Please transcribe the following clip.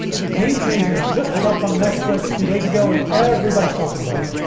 so the game changer has just dropped on netflix two days ago and everybody's talking about it,